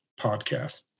podcast